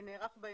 בהם נערך שינוי.